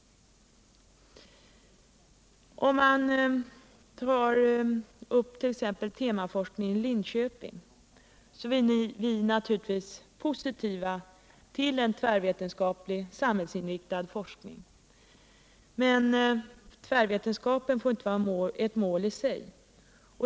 Om man t.ex. tar upp temaforskningen i Linköping, ställer vi oss naturligtvis positiva till en tvärvetenskaplig samhällsinriktad forskning. Men tvärvetenskapen får inte vara ett mål i sig.